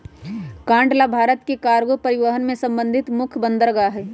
कांडला भारत के कार्गो परिवहन से संबंधित मुख्य बंदरगाह हइ